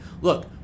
Look